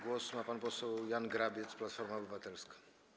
Głos ma pan poseł Jan Grabiec, Platforma Obywatelska.